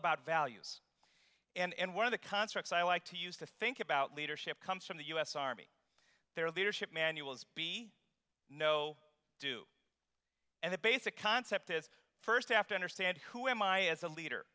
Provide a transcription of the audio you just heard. about values and one of the constructs i like to use to think about leadership comes from the u s army their leadership manuals be no do and the basic concept is first have to understand who am i as a leader